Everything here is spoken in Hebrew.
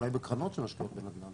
אולי בקרנות --- בנדל"ן